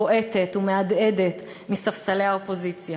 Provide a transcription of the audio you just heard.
בועטת ומהדהדת מספסלי האופוזיציה.